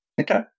Okay